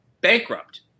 bankrupt